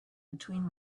between